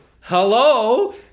hello